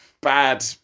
bad